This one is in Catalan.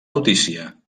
notícia